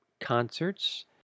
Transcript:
concerts